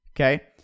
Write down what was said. Okay